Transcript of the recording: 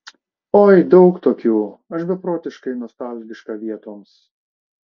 oi daug tokių aš beprotiškai nostalgiška vietoms